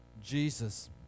jesus